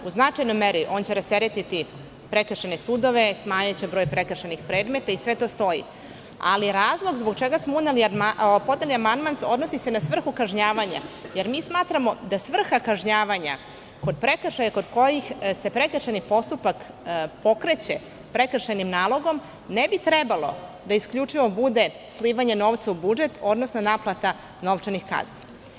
U značajnoj meri, on će rasteretiti prekršajne sudove, smanjiće broj prekršajnih predmeta, sve to stoji, ali razlog zbog čega smo podneli amandman, odnosi se na svrhu kažnjavanja, jer mi smatramo da svrha kažnjavanja kod prekršaja kod kojih se prekršajni postupak pokreće prekršajnim nalogom, ne bi trebalo da isključivo bude slivanje novca u budžet, odnosno naplata novčanih kazni.